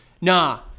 Nah